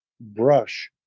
brush